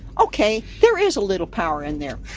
okay. there is a little power in there.